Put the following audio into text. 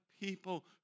people